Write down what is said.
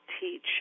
teach